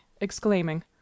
exclaiming